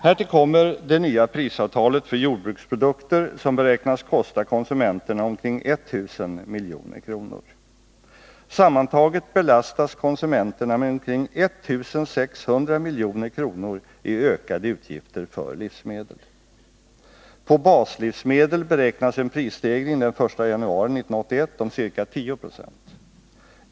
Härtill kommer det nya prisavtalet för jordbruksprodukter, som beräknas kosta konsumenterna omkring 1 000 milj.kr. Sammantaget belastas konsumenterna med omkring 1600 milj.kr. i ökade utgifter för livsmedel. På baslivsmedel beräknas en prisstegring den 1 januari 1981 om ca 10 96.